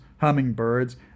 hummingbirds